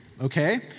okay